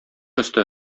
өсте